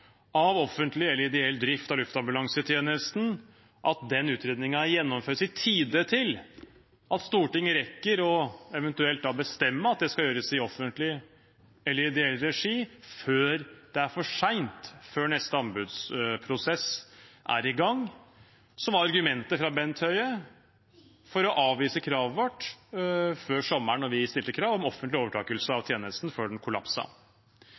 av offentlig eller ideell drift av luftambulansetjenesten gjennomføres i tide, slik at Stortinget eventuelt rekker å bestemme at det skal gjøres i offentlig eller i ideell regi, før det er for sent, før neste anbudsprosess er i gang, som var argumentet fra statsråd Bent Høie for å avvise kravet vårt før sommeren, om offentlig overtakelse av tjenesten før den